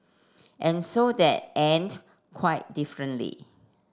and so that end quite differently